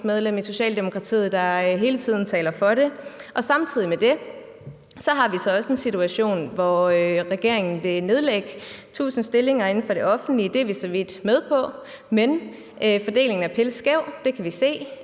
i Socialdemokratiet, der hele tiden taler for det. Samtidig med det har vi så også en situation, hvor regeringen vil nedlægge 1.000 stillinger inden for det offentlige. Det er vi så vidt med på, men fordelingen af pilskæv. Det kan vi se.